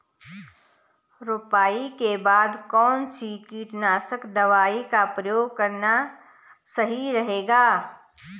रुपाई के बाद कौन सी कीटनाशक दवाई का प्रयोग करना सही रहेगा?